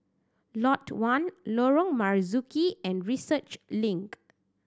Lot One Lorong Marzuki and Research Link